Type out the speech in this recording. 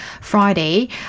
Friday